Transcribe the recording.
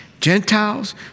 Gentiles